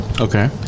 Okay